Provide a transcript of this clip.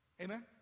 Amen